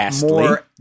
more